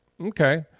Okay